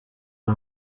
ari